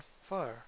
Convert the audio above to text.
fur